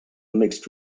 mixed